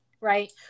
Right